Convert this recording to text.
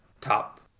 top